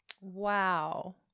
wow